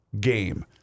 game